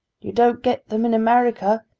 you don't get them in america,